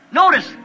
notice